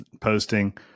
posting